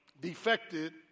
defected